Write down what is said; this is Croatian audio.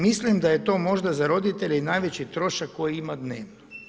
Mislim da je to možda za roditelje i najveći trošak koji ima dnevno.